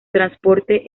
transporte